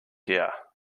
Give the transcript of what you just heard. here